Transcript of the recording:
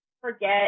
forget